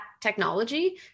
technology